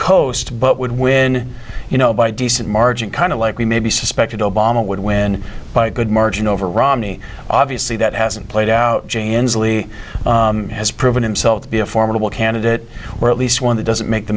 coast but would win you know by decent margin kind of like we maybe suspected obama would win by a good margin over romney obviously that hasn't played out ends lee has proven himself to be a formidable candidate or at least one that doesn't make the